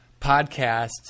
podcast